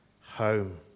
home